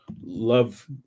Love